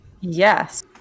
Yes